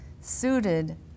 suited